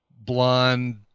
blonde